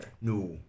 No